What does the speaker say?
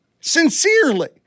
sincerely